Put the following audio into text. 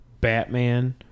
Batman